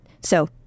So-